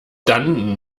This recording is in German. dann